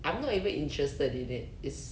I'm not even interested in it it's